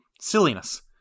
Silliness